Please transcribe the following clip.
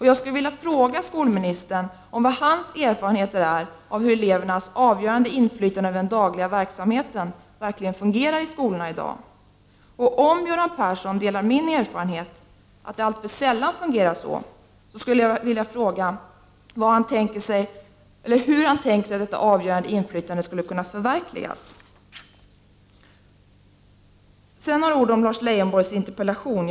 Jag skulle vilja fråga skolministern om vilka hans erfarenheter är av hur elevernas avgörande inflytande över den dagliga verksamheten verkligen fungerar i skolorna i dag. Om Göran Persson delar min erfarenhet, att det alltför sällan fungerar så, skulle jag vilja fråga hur han tänker sig att detta avgörande inflytande skulle kunna förverkligas. Sedan några ord om Lars Leijonborgs interpellation.